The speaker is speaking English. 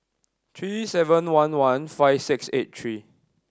three seven one one five six eight three